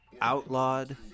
outlawed